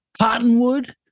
cottonwood